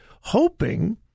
hoping